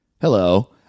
hello